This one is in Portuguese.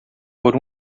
por